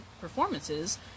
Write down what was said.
performances